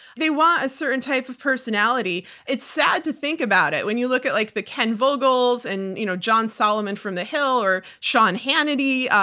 they want a certain type of personality. it's sad to think about it when you look at like the ken vogels, and, you know, john solomon from the hill, or sean hannity,